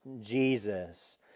Jesus